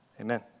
amen